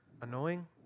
annoying